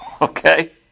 okay